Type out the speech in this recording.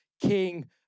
king